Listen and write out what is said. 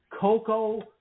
Coco